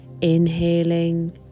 Inhaling